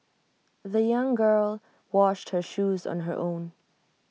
the young girl washed her shoes on her own